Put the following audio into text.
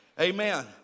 Amen